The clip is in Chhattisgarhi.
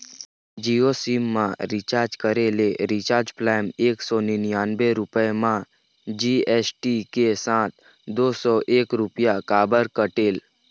जियो सिम मा रिचार्ज करे ले रिचार्ज प्लान एक सौ निन्यानबे रुपए मा जी.एस.टी के साथ दो सौ एक रुपया काबर कटेल?